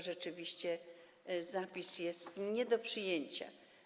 Rzeczywiście ten zapis jest nie do przyjęcia.